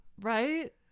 Right